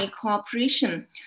cooperation